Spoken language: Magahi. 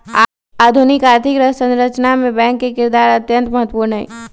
आधुनिक आर्थिक संरचना मे बैंक के किरदार अत्यंत महत्वपूर्ण हई